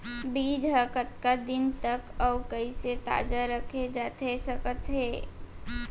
बीज ह कतका दिन तक अऊ कइसे ताजा रखे जाथे सकत हे?